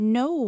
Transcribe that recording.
no